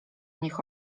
nich